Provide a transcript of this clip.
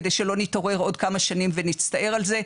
כדי שלא נתעורר עוד כמה שנים ונצטער על זה.